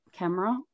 camera